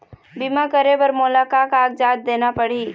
बीमा करे बर मोला का कागजात देना पड़ही?